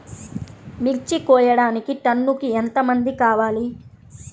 మిర్చి కోయడానికి టన్నుకి ఎంత మంది కావాలి?